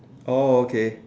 oh okay